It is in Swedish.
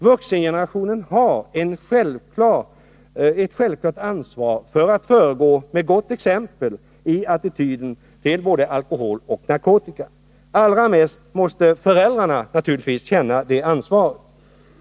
Vuxengenerationen har ett självklart ansvar när det gäller att föregå med gott exempel i attityden till både alkohol och narkotika. Allra mest måste naturligtvis föräldrarna känna det ansvaret.